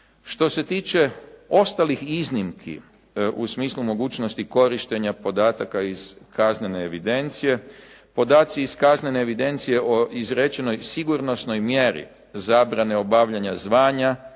Što se tiče ostalih iznimki u smislu mogućnosti korištenja podataka iz kaznene evidencije, podaci iz kaznene evidencije o izrečenoj sigurnosnoj mjeri zabrane obavljanja zvanja,